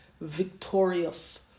victorious